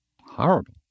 horrible